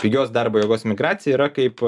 pigios darbo jėgos migracija yra kaip